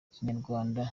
ikinyarwanda